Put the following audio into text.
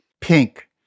pink